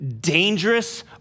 dangerous